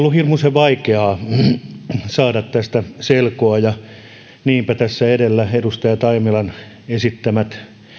hirmuisen vaikea saada tästä selkoa ja kun tässä edellä oli edustaja taimelan esittämä